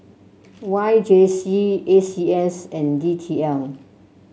Y J C A C S and D T L